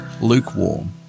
lukewarm